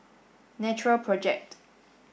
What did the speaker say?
Natural Project